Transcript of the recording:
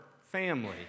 family